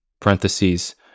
parentheses